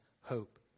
hope